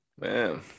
Man